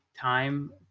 time